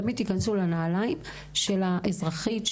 תמיד תכנסו לנעלים של האזרחית,